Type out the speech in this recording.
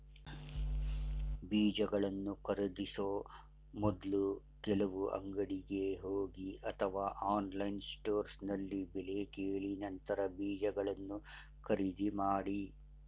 ಬೀಜಗಳನ್ನು ಖರೀದಿಸೋ ಮೊದ್ಲು ಕೆಲವು ಅಂಗಡಿಗೆ ಹೋಗಿ ಅಥವಾ ಆನ್ಲೈನ್ ಸ್ಟೋರ್ನಲ್ಲಿ ಬೆಲೆ ಕೇಳಿ ನಂತರ ಬೀಜಗಳನ್ನ ಖರೀದಿ ಮಾಡಿ